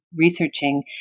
researching